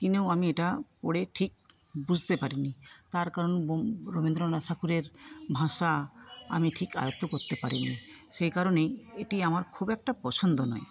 কিনেও আমি এটা পড়ে ঠিক বুঝতে পারিনি তার কারণ রবীন্দ্রনাথ ঠাকুরের ভাষা আমি ঠিক আয়ত্ত করতে পারিনি সেই কারণেই এটি আমার খুব একটা পছন্দ নয়